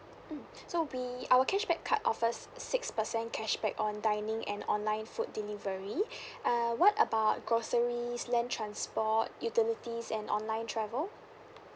mm so we our cashback card offers six percent cashback on dining and online food delivery uh what about groceries land transport utilities and online travel